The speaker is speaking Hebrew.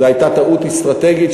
זו הייתה טעות אסטרטגית,